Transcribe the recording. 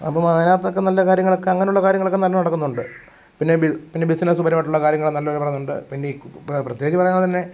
അപ്പം അതിനകത്തൊക്കെ നല്ല കാര്യങ്ങളൊക്കെ അങ്ങനെയുള്ള കാര്യങ്ങളൊക്കെ നല്ലോണം നടക്കുന്നുണ്ട് പിന്നെ പിന്നെ ബിസ്നസ്സ്പരമായിട്ടുള്ള കാര്യങ്ങൾ നല്ലപോലെ ഇടപെടുന്നുണ്ട് പിന്നെ ഈ പ്രത്യേകിച്ച് പറയാനുള്ളത് തന്നെ